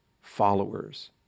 followers